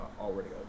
already